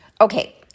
Okay